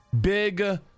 big